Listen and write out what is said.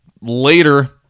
later